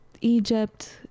Egypt